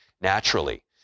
naturally